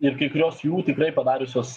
a ir kai kurios jų tikrai padariusios